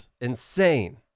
Insane